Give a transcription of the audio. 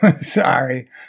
sorry